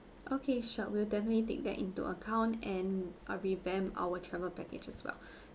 okay sure we'll definitely take that into account and uh revamp our travel package as well